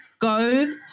go